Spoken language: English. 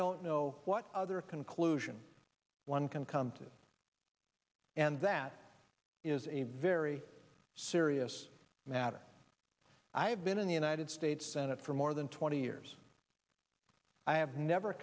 don't know what other conclusion one can come to and that is a very serious matter i have been in the united states senate for more than twenty years i have never